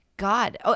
God